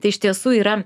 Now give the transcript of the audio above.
tai iš tiesų yra